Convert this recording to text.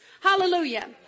Hallelujah